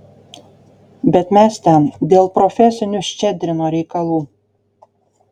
bet mes ten dėl profesinių ščedrino reikalų